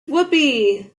whoopee